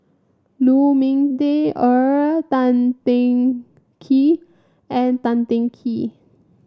Lu Ming Teh Earl Tan Teng Kee and Tan Teng Kee